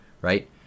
right